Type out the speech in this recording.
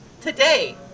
today